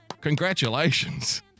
Congratulations